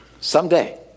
Someday